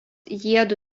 jiedu